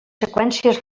seqüències